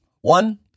One